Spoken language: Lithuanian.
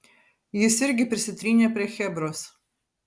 jis irgi prisitrynė prie chebros